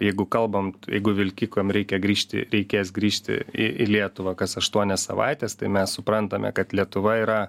jeigu kalbant jeigu vilkikam reikia grįžti reikės grįžti į į lietuvą kas aštuonias savaites tai mes suprantame kad lietuva yra